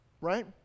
right